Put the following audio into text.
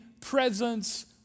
presence